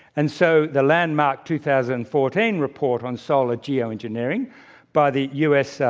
and so the landmark two thousand and fourteen report on solar geoengineering by the u. s.